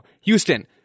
Houston